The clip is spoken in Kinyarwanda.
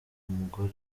mugore